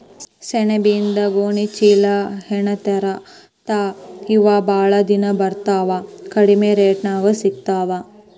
ಸೆಣಬಿನಿಂದ ಗೋಣಿ ಚೇಲಾಹೆಣಿತಾರ ಇವ ಬಾಳ ದಿನಾ ಬರತಾವ ಕಡಮಿ ರೇಟದಾಗ ಸಿಗತಾವ